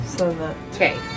Okay